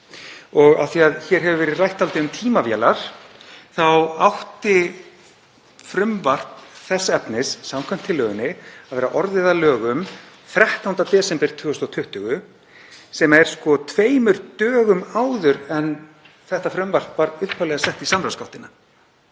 Af því að hér hefur verið rætt dálítið um tímavélar þá átti frumvarp þess efnis samkvæmt tillögunni að vera orðið að lögum 13. desember 2020, sem er tveimur dögum áður en þetta frumvarp var upphaflega sett í samráðsgáttina.